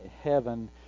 heaven